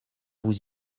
vous